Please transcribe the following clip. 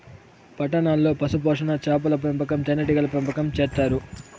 పట్టణాల్లో పశుపోషణ, చాపల పెంపకం, తేనీగల పెంపకం చేత్తారు